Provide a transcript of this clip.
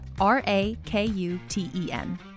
R-A-K-U-T-E-N